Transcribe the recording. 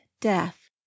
death